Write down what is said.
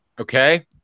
Okay